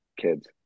kids